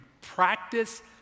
Practice